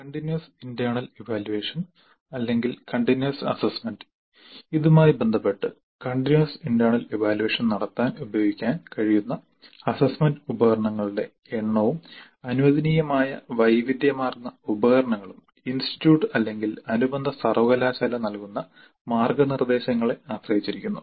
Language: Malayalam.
കണ്ടിന്യുവസ് ഇന്റെർണൽ ഇവാല്യുവേഷൻ അല്ലെങ്കിൽ കണ്ടിന്യുവസ് അസ്സസ്സ്മെന്റ് ഇതുമായി ബന്ധപ്പെട്ട് കണ്ടിന്യുവസ് ഇന്റെർണൽ ഇവാല്യുവേഷൻ നടത്താൻ ഉപയോഗിക്കാൻ കഴിയുന്ന അസ്സസ്സ്മെന്റ് ഉപകരണങ്ങളുടെ എണ്ണവും അനുവദനീയമായ വൈവിധ്യമാർന്ന ഉപകരണങ്ങളും ഇൻസ്റ്റിറ്റ്യൂട്ട് അല്ലെങ്കിൽ അനുബന്ധ സർവകലാശാല നൽകുന്ന മാർഗ്ഗനിർദ്ദേശങ്ങളെ ആശ്രയിച്ചിരിക്കുന്നു